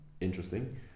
interesting